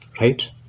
right